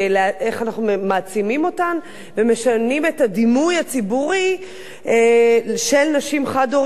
איך אנחנו מעצימים אותן ומשנים את הדימוי הציבורי של נשים חד-הוריות,